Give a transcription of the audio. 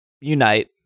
Unite